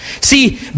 See